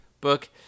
book